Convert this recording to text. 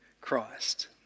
Christ